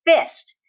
fist